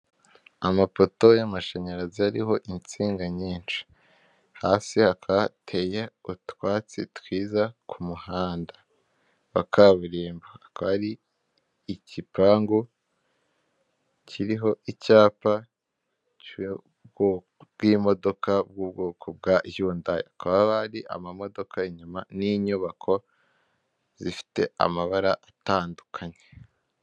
Amapoto y'amashanyarazi ariho insinga nyinshi, hasi hakaba hateye utwatsi twiza ku muhanda wa kaburimbo, akaba ari igipangu kiriho icyapa cy'ubwoko bw'imodoka bw'ubwoko bwa Yundayi, hakaba haba hari amamodoka inyuma n'inyubako zifite amabara atandukanye.